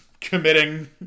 committing